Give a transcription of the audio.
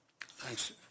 Thanks